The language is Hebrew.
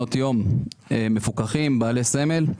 מעונות יום מפוקחים בעלי סמל.